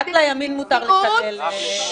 מתמודדת --- רק לימין מותר לקלל משפחות שכולות.